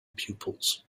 pupils